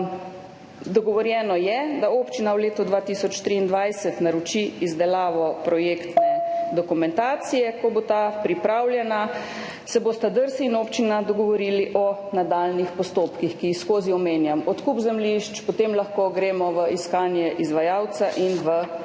Dogovorjeno je, da občina v letu 2023 naroči izdelavo projektne dokumentacije. Ko bo ta pripravljena, se bosta DRSI in občina dogovorili o nadaljnjih postopkih, ki jih ves čas omenjam, odkup zemljišč, potem lahko gremo v iskanje izvajalca in v izvedbo.